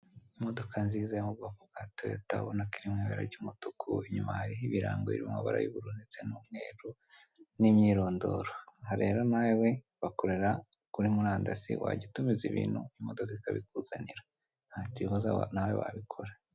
Imodoka nziza yo mu bwoko bwa toyota ubona ko iri mu ibara ry'umutuku, inyuma hariho ibirango biri mu mabara y'ubururu ndetse n'umweru n'imyirondoro. Aha rero nawe bakorera kuri murandasi wajya utumiza ibintu imodoka ikabikuzanira. Ntakibazo nawe wabikora.